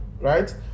right